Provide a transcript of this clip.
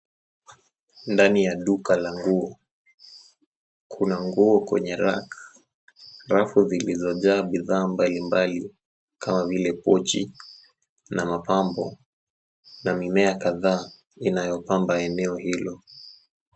Ndani ya duka la nguo. Kuna nguo kwenye rack , rafu zilizojaa bidhaa mbalimbali kama vile pochi na mapambo na mimea kadhaa inayopamba eneo hilo